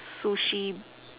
Sushi